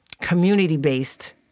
community-based